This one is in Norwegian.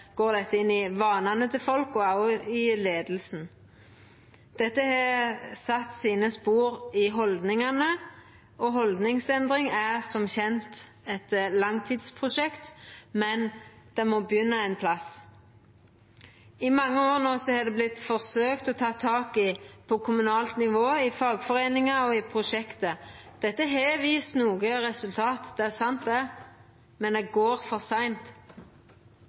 har sett sine spor i haldningane. Haldningsendring er som kjent eit langtidsprosjekt, men det må begynna ein plass. I mange år no har det vorte forsøkt teke tak i på kommunalt nivå, i fagforeiningar og i prosjekt. Dette har vist nokon resultat, det er sant, men det går for seint.